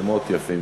שמות יפים.